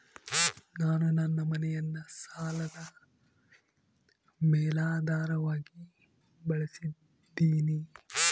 ನಾನು ನನ್ನ ಮನೆಯನ್ನ ಸಾಲದ ಮೇಲಾಧಾರವಾಗಿ ಬಳಸಿದ್ದಿನಿ